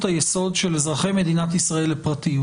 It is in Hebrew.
היסוד של אזרחי מדינת ישראל לפרטיות.